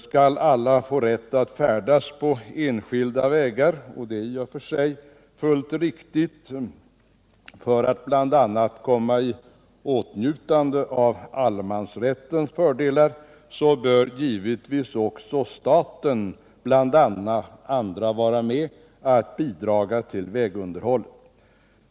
Skall alla få rätt att färdas på enskilda vägar — det är i och för sig riktigt att de får det — bl.a. för att komma i åtnjutande av allemansrättens fördelar, bör givetvis bl.a. staten bidraga till vägunderhållet.